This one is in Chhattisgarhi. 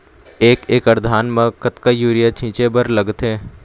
एक एकड़ धान म कतका यूरिया छींचे बर लगथे?